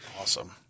Awesome